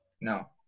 no